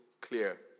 clear